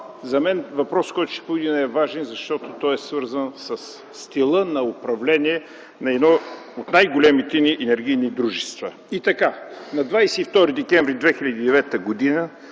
това е въпрос, който наистина е важен, защото той е свързан със стила на управление на едно от най-големите ни енергийни дружества. На 22 декември 2009 г. мини